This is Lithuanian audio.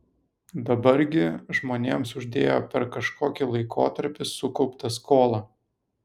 dabar gi žmonėms uždėjo per kažkokį laikotarpį sukauptą skolą